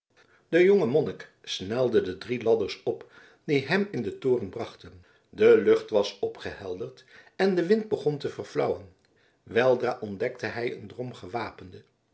de jonge monnik snelde de drie ladders op die hem in den toren brachten de lucht was opgehelderd en de wind begon te verflauwen weldra ontdekte hij een drom gewapenden